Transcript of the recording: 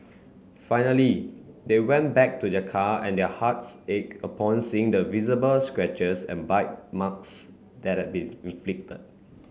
finally they went back to their car and their hearts ached upon seeing the visible scratches and bite marks that had been inflicted